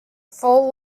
full